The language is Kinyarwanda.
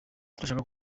turashaka